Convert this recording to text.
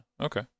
Okay